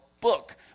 book